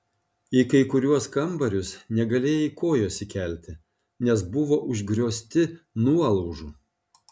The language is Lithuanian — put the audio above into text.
į kai kuriuos kambarius negalėjai kojos įkelti nes buvo užgriozti nuolaužų